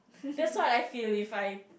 that's what I feel if I